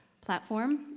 platform